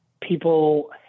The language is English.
people